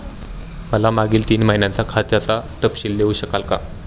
मला मागील तीन महिन्यांचा खात्याचा तपशील देऊ शकाल का?